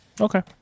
Okay